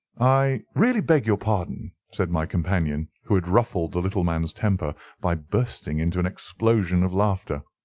i really beg your pardon! said my companion, who had ruffled the little man's temper by bursting into an explosion of laughter.